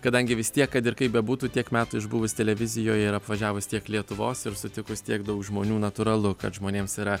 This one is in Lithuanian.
kadangi vis tiek kad ir kaip bebūtų tiek metų išbuvus televizijoje ir apvažiavus tiek lietuvos ir sutikus tiek daug žmonių natūralu kad žmonėms yra